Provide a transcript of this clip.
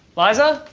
liza?